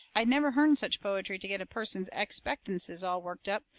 i never hearn such poetry to get a person's expectances all worked up,